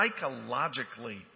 psychologically